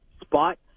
spot